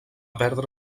perdre